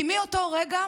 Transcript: כי מאותו רגע,